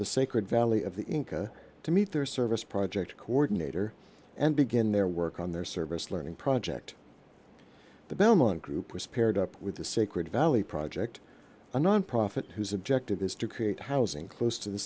the sacred valley of the inca to meet their service project coordinator and begin their work on their service learning project the belmont group was paired up with the sacred valley project a nonprofit whose objective is to create housing close to the